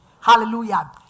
Hallelujah